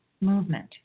movement